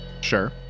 Sure